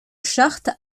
charte